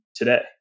today